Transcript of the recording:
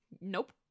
Nope